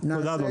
תודה אדוני.